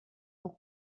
pour